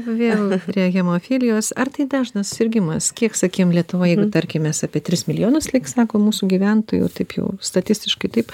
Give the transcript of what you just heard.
vėl prie hemofilijos ar tai dažnas susirgimas kiek sakykim lietuvoj tarkim mes apie tris milijonus lyg sako mūsų gyventojų taip jau statistiškai taip